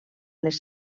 les